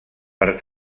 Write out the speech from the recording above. per